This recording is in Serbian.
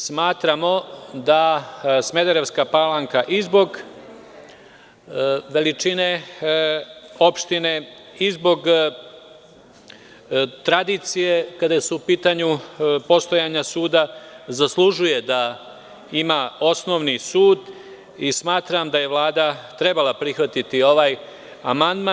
Smatramo da Smederevska Palanka i zbog veličine opštine i zbog tradicije, kada su u pitanju postojanja suda, zaslužuje da ima osnovni sud i smatram da je Vlada trebala prihvatiti ovaj amandman.